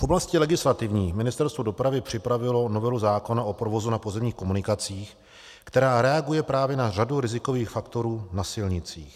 V oblasti legislativní Ministerstvo dopravy připravilo novelu zákona o provozu na pozemních komunikacích, která reaguje právě na řadu rizikových faktorů na silnicích.